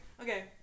Okay